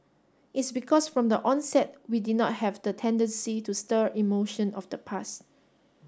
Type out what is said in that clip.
it's because from the onset we did not have the tendency to stir emotion of the past